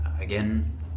Again